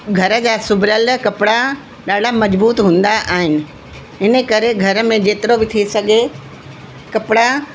घर जा सिबिरियल कपिड़ा ॾाढा मज़बूत हूंदा आहिनि इनकरे घर में जेतिरो बि थी सघे कपिड़ा